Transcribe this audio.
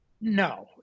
no